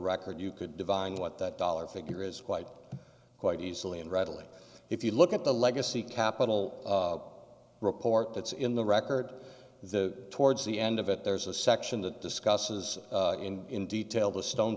record you could divine what that dollar figure is quite quite easily and readily if you look at the legacy capital report that's in the record the towards the end of it there's a section that discusses in detail the stone